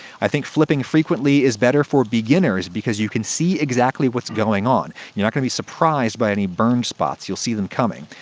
i think flipping frequently is better for beginners because you can see exactly what's going on. you're not gonna be surprised by any burned spots. you'll see them coming.